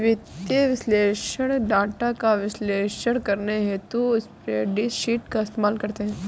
वित्तीय विश्लेषक डाटा का विश्लेषण करने हेतु स्प्रेडशीट का इस्तेमाल करते हैं